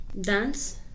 dance